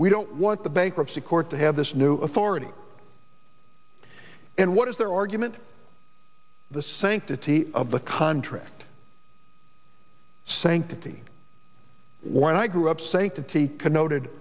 we don't want the bankruptcy court to have this new authority and what is their argument the sanctity of the contract sanctity when i grew up sayin